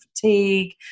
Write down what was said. fatigue